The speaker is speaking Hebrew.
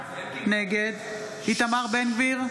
נגד איתמר בן גביר,